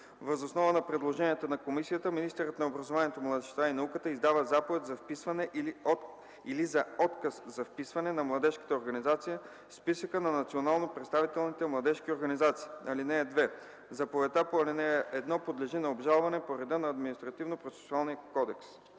Въз основа на предложенията на комисията министърът на образованието, младежта и науката издава заповед за вписване или за отказ за вписване на младежката организация в списъка на национално представителните младежките организации. (2) Заповедта по ал. 1 подлежи на обжалване по реда на Административнопроцесуалния кодекс.”